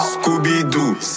Scooby-Doo